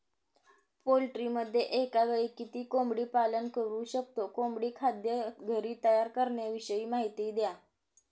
पोल्ट्रीमध्ये एकावेळी किती कोंबडी पालन करु शकतो? कोंबडी खाद्य घरी तयार करण्याविषयी माहिती द्या